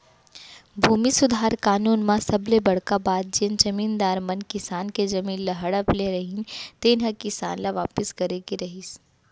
भूमि सुधार कानून म सबले बड़का बात जेन जमींदार मन किसान के जमीन ल हड़प ले रहिन तेन ह किसान ल वापिस करे के रहिस